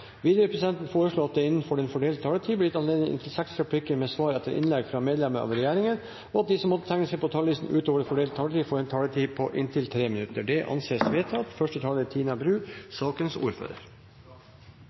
Videre vil presidenten foreslå at det – innenfor den fordelte taletid – blir gitt anledning til inntil seks replikker med svar etter innlegg fra medlemmer av regjeringen, og at de som måtte tegne seg på talerlisten utover den fordelte taletid, får en taletid på inntil 3 minutter. – Det anses vedtatt.